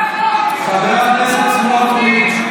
לא יכול, חבר הכנסת סמוטריץ'.